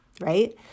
right